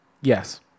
Yes